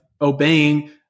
obeying